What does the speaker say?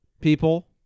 people